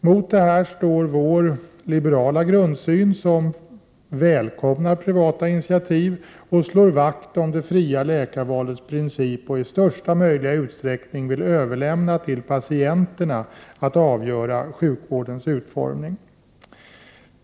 Mot detta står vår liberala grundsyn som innebär att vi välkomnar privata initiativ och slår vakt om det fria läkarvalets princip och i största möjliga utsträckning vill överlämna till patienterna att avgöra sjukvårdens utformning.